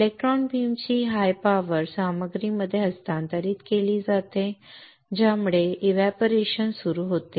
electron बीमची उच्च उर्जा सामग्रीमध्ये हस्तांतरित केली जाते ज्यामुळे एव्हपोरेशन सुरू होते